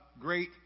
great